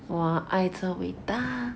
!wah! 爱真伟大